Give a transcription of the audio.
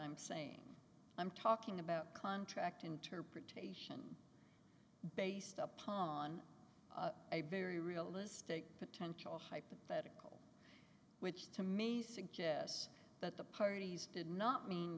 i'm saying i'm talking about contract interpretate based upon a very realistic potential hypothetical which to me suggests that the parties did not mean